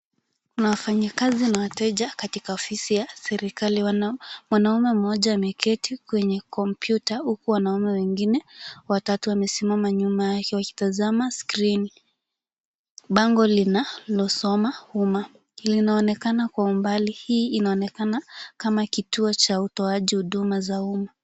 Wafanyikazi na wateja katika ofisi ya serikali. Mwanaume mmoja ameketi kwenye kompyuta huku anaona wengine watatu wamesimama nyuma yake wakitazama skrini. Bango linalosoma nyuma linaonekana kwa umbali. Hii inaonekana kama kituo cha utoaji huduma za uma.